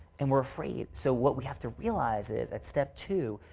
and we're afraid. so, what we have to realize is that step two,